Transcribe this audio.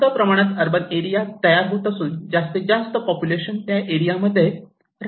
जास्त प्रमाणात urban area तयार होत असून जास्तीत जास्त पॉप्युलेशन त्या एरिया मध्ये राहत आहे